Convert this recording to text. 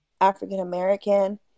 African-American